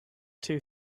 two